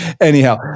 anyhow